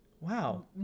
Wow